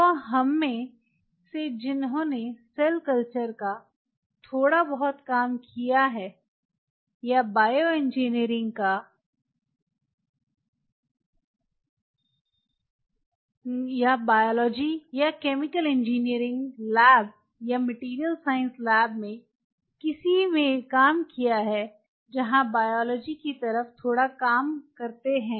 तो हममें से जिन्होंने सेल कल्चर का थोड़ा बहुत काम किया है या बायोइंजीनियरिंग या बायोलॉजी या केमिकल इंजीनियरिंग लैब या मटेरियल साइंस लैब में से किसी में काम किया है जहाँ बायोलॉजी की तरफ थोड़ा काम करते हैं